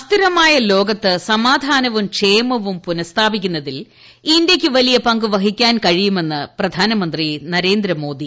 അസ്ഥിരമായ ലോകത്ത് സമാധാനവും ക്ഷേമവും പുനസ്ഥാപിക്കുന്നതിൽ ഇന്ത്യക്ക് വലിയ പങ്ക് വഹിക്കാൻ കഴിയുമെന്ന് പ്രധാന മന്ത്രി നരേന്ദ്രമോദി